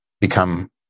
become